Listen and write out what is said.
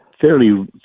fairly